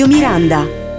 Miranda